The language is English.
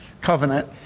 covenant